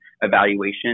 evaluation